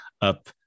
up